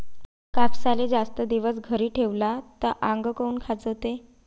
कापसाले जास्त दिवस घरी ठेवला त आंग काऊन खाजवते?